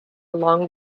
long